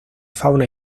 fauna